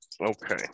Okay